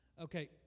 Okay